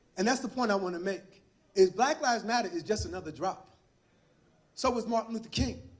and that's the point i want to make is black lives matter is just another drop so was martin luther king,